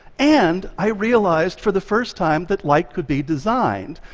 and i realized for the first time that light could be designed.